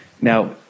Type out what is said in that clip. Now